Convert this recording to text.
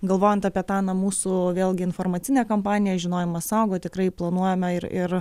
galvojant apie tą na mūsų vėlgi informacinę kampaniją žinojimas saugo tikrai planuojame ir ir